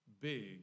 big